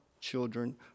children